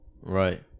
Right